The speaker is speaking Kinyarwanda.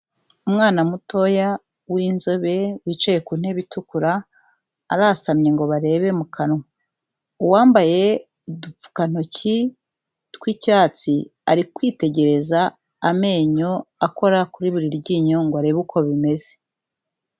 Umwana mutoya w'inzobe, wicaye ku ntebe itukura, arasamye ngo barebe mu kanwa. Uwambaye udupfukantoki tw'icyatsi, ari kwitegereza amenyo akora kuri buri ryinyo ngo arebe uko bimeze.